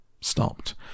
stopped